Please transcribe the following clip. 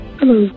Hello